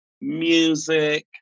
music